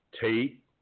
Tate